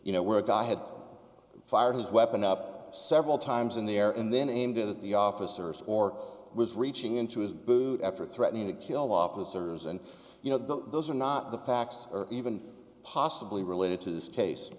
you know where a guy had fired his weapon up several times in the air and then aimed at the officers or was reaching into his boot after threatening to kill officers and you know those are not the facts or even possibly related to this cas